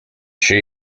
she